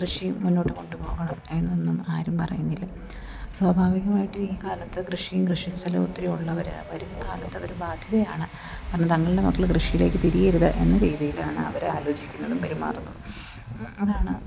കൃഷി മുന്നോട്ട് കൊണ്ടുപോകണം എന്നൊന്നും ആരും പറയുന്നില്ല സ്വാഭാവികമായിട്ടും ഈ കാലത്ത് കൃഷിയും കൃഷിസ്ഥലവും ഒത്തിരിയുള്ളവർ വരും കാാലത്ത് അതൊരു ബാധ്യതയാണ് അത് തങ്ങൾടെ മക്കൾ കൃഷിയിലേക്ക് തിരിയരുത് എന്ന രീതിയിലാണ് അവർ ആലോചിക്കുന്നതും പെരുമാറുന്നതും അതാണ്